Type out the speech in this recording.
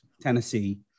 Tennessee